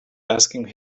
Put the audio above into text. asking